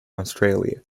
australia